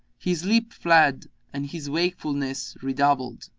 his sleep fled and his wakefulness redoubled,